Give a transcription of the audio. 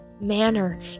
manner